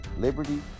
liberty